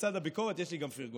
לצד הביקורת יש לי גם פרגון.